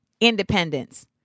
independence